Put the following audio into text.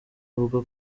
avuga